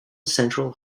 central